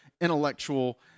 intellectual